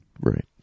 Right